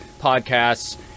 podcasts